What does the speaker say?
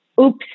oops